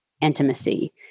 intimacy